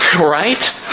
Right